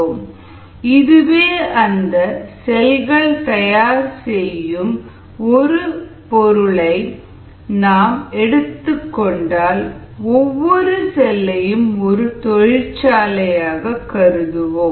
𝑐𝑒𝑙𝑙 𝑝𝑟𝑜𝑑𝑢𝑐𝑡𝑖𝑣𝑖𝑡𝑦 இதுவே அந்த செல்கள் தயார் செய்யும் ஒரு பொருளை நாம் எடுத்துக் கொண்டால் ஒவ்வொரு செல்லையும் ஒரு தொழிற்சாலையாக கருதுவோம்